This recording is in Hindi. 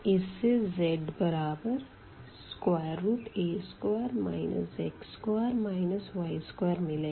इस से z बराबर a2 x2 y2 मिलेगा